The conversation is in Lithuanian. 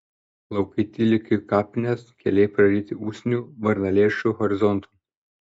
laukai tyli kaip kapinės keliai praryti usnių varnalėšų horizonto